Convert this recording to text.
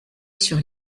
sur